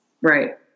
Right